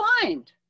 find